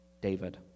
David